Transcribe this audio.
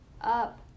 up